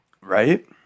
Right